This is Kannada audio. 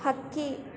ಹಕ್ಕಿ